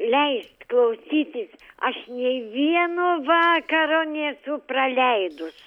leist klausytis aš nė vieno vakaro nesu praleidus